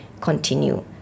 continue